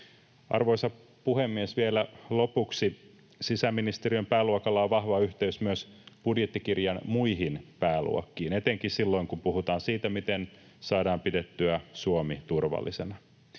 Arvoisa puhemies! Vielä lopuksi: Sisäministeriön pääluokalla on vahva yhteys myös budjettikirjan muihin pääluokkiin etenkin silloin, kun puhutaan siitä, miten saadaan pidettyä Suomi turvallisena.